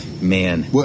Man